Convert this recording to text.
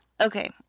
Okay